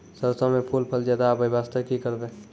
सरसों म फूल फल ज्यादा आबै बास्ते कि करबै?